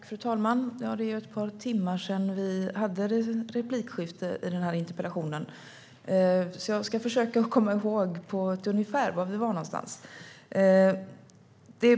Fru talman! Det är ett par timmar sedan vi började debattera den här interpellationen, så jag ska försöka komma ihåg på ett ungefär var vi var någonstans.